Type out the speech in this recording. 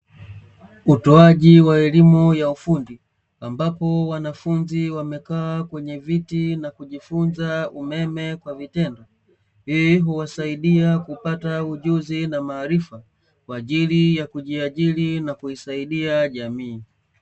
Utoaji wa elimu ya ufundi ambapo wanafunzi wamekaa kwenye viti na kujifunza umeme kwa vitendo, hii huwasaidia kupata ujuzi na maarifa kwa ajili ya kujiajiri na kuisaidia jamii.